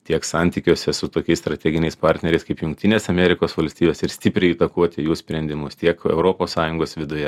tiek santykiuose su tokiais strateginiais partneriais kaip jungtinės amerikos valstijos ir stipriai įtakoti jų sprendimus tiek europos sąjungos viduje